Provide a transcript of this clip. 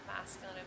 masculine